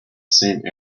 same